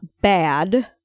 bad